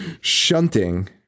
Shunting